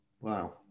Wow